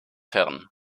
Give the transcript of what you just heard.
herren